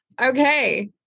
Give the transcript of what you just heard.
okay